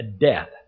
death